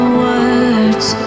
words